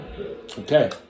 Okay